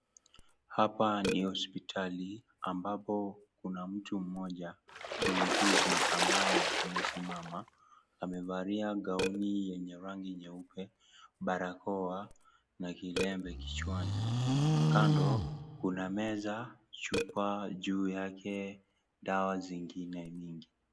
Hapa ni hospitali ambapo kuna mtu mmoja, muuguzi ,ambaye amesimama. Amevalia gauni yenye rangi nyeupe, barakoa na kilemba kichwani. Kando, kuna meza, chupa juu yake, dawa zingine nyingi.